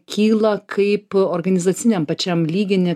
kyla kaip organizaciniam pačiam lygini